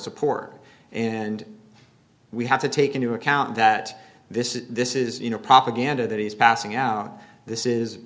support and we have to take into account that this is this is you know propaganda that he's passing out this is